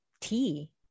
tea